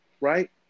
right